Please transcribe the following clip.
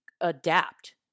adapt